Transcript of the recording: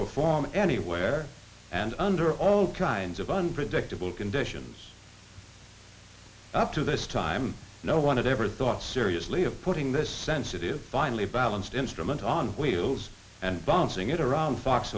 perform anywhere and under all kinds of unpredictable conditions up to this time no one had ever thought seriously of putting this sensitive finely balanced instrument on wheels and bouncing it around fox